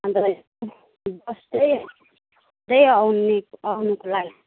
बस्दै त्यहीँ अउने आउनुको लागि